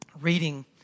reading